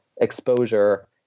exposure